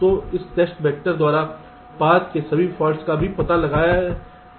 तो इस test vector द्वारा पथ के सभी फॉल्ट्स का भी पता लगाया जाएगा